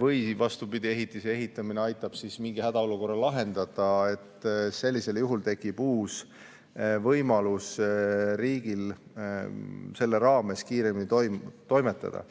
või vastupidi, ehitiste ehitamine aitab mingi hädaolukorra lahendada, sellisel juhul tekib uus võimalus riigil selle raames kiiremini toimetada.